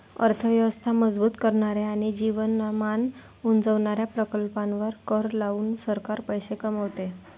अर्थ व्यवस्था मजबूत करणाऱ्या आणि जीवनमान उंचावणाऱ्या प्रकल्पांवर कर लावून सरकार पैसे कमवते